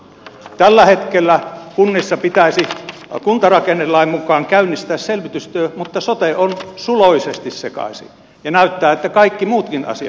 tällä hetkellä kunnissa pitäisi kuntarakennelain mukaan käynnistää selvitystyö mutta sote on suloisesti sekaisin ja näyttää että kaikki muutkin asiat